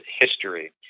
history